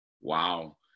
Wow